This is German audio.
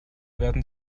werden